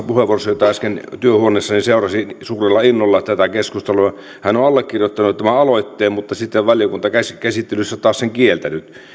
puheenvuoronsa äsken työhuoneessani seurasin suurella innolla tätä keskustelua ja hän on allekirjoittanut tämän aloitteen mutta sitten valiokuntakäsittelyssä taas sen kieltänyt